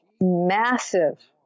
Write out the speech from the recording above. Massive